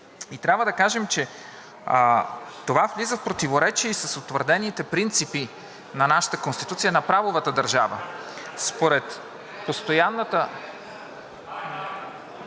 Трябва да кажем, че това влиза в противоречие и с утвърдените принципи на нашата Конституцията, на правовата държава. (Шум. Народни